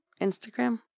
Instagram